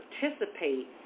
participate